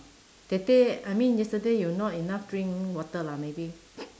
that day I mean yesterday you not enough drink water lah maybe